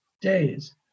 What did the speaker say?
days